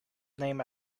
named